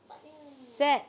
set